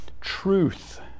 truth